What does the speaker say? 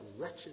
wretched